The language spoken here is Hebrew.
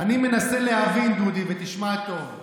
אני מנסה להבין, דודי, ותשמע טוב: